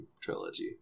trilogy